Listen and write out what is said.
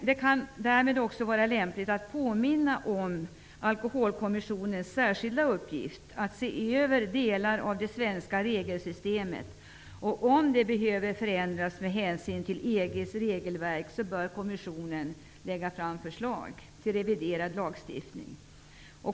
Det kan därmed också vara lämpligt att påminna om alkoholkommissionens särskilda uppgift att se över delar av det svenska regelsystemet. Om det behöver förändras med hänsyn till EG:s regelverk bör kommissionen lägga fram förslag till reviderad lagstiftning.